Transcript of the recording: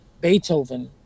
beethoven